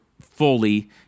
fully